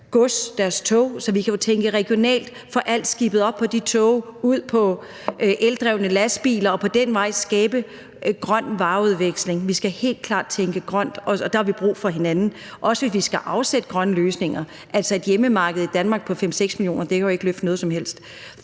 tog, så vi kan jo tænke regionalt og få alt skibet op på de tog, ud på eldrevne lastbiler og ad den vej skabe en grøn vareudveksling. Vi skal helt klart tænke grønt, og der har vi brug for hinanden, også hvis vi skal afsætte grønne løsninger. Altså, et hjemmemarked i Danmark på 5-6 millioner kan jo ikke løfte noget som helst.